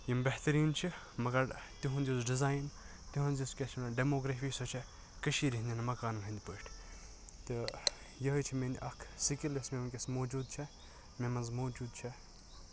یِم بہتریٖن چھِ مگر تِہُنٛد یُس ڈِزاین تِہُنٛز یُس کیاہ چھِ وَنان ڈیٚموگرٲفی سۄ چھِ کٔشیٖرِ ہٕندٮ۪ن مَکانن ہٕنٛدۍ پٲٹھۍ تہٕ یِہٕے چھِ میٲنٛۍ اکھ سکل یۄس مےٚ وٕنکیٚس موٗجوٗد چھےٚ مےٚ مَنٛز موٗجوٗد چھےٚ